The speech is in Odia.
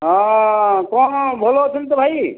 ହଁ କଣ ଭଲ ଅଛନ୍ତି ତ ଭାଇ